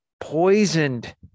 poisoned